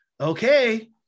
Okay